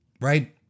right